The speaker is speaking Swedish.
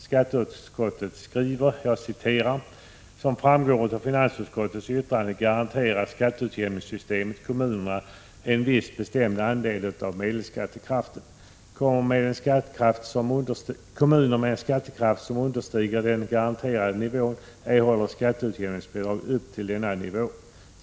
Skatteutskottet skriver: ”Som framgår av finansutskottets yttrande garanterar skatteutjämningssystemet kommunerna en viss bestämd andel av medelskattekraften. Kommuner med en skattekraft som understiger den garanterade nivån erhåller skatteutjämningsbidrag upp till denna nivå.